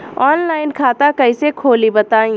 Online खाता कइसे खोली बताई?